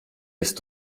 jest